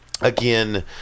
Again